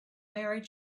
married